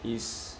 it's